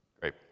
Great